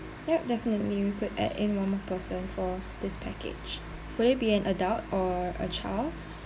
yup definitely we could add in one more person for this package would it be an adult or a child